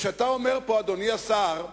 כשאתה אומר פה, אדוני השר,